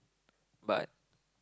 but